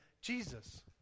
Jesus